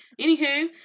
Anywho